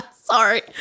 sorry